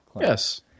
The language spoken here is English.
Yes